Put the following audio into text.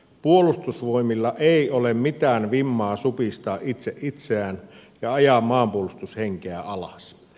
puolustusvoimilla ei ole mitään vimmaa supistaa itse itseään ja ajaa maanpuolustushenkeä alas